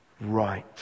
right